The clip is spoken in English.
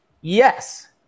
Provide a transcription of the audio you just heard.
Yes